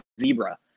zebra